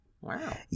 Wow